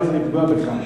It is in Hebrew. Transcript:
אני לא רוצה לפגוע בך,